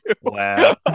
Wow